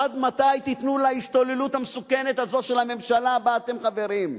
עד מתי תיתנו להשתוללות המסוכנת הזו של הממשלה שבה אתם חברים?